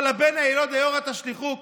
"כל הבן הַיִלוד היְאֹורה תשליכֻהו".